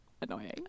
annoying